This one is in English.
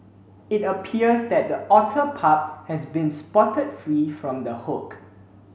it appears that the otter pup has been spotted free from the hook